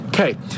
Okay